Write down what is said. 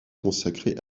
consacré